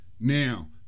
Now